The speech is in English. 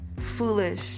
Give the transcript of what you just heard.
foolish